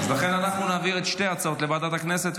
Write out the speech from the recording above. אז לכן אנחנו נעביר את שתי ההצעות לוועדת הכנסת,